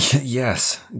Yes